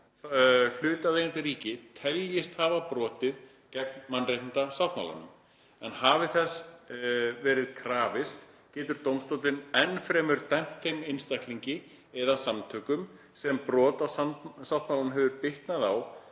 hlutaðeigandi ríki teljist hafa brotið gegn mannréttindasáttmálanum, en hafi þess verið krafist getur dómstóllinn enn fremur dæmt þeim einstaklingi eða samtökum, sem brot á sáttmálanum hefur bitnað á,